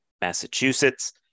Massachusetts